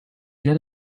get